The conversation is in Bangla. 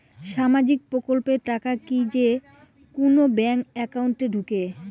সামাজিক প্রকল্পের টাকা কি যে কুনো ব্যাংক একাউন্টে ঢুকে?